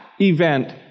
event